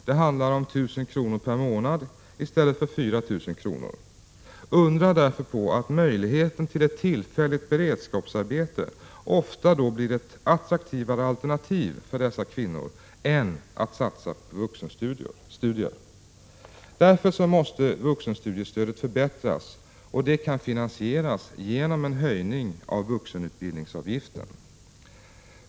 Det handlar om 1 000 kr. per månad i stället för 4 000 kr. Inte undra på att möjligheten till ett tillfälligt beredskapsarbete ofta är ett attraktivare alternativ för dessa kvinnor än att satsa på vuxenstudier! Därför måste vuxenstudiestödet förbättras, och det kan finansieras genom en höjning av vuxenutbildningsavgiften.